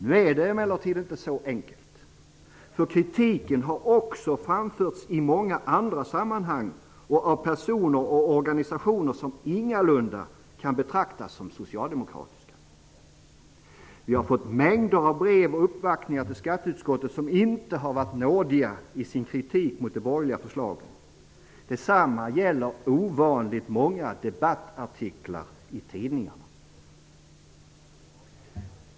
Nu är det emellertid inte så enkelt, för kritiken har också framförts i många andra sammanhang och av personer och organisationer som ingalunda kan betraktas som socialdemokratiska. Vi har fått mängder av brev och uppvaktningar till skatteutskottet som inte har varit nådiga i sin kritik mot de borgerliga förslagen. Detsamma gäller de ovanligt många debattartiklarna i tidningarna.